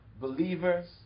believers